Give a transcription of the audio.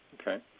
Okay